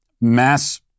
mass